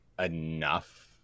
enough